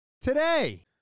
today